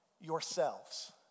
yourselves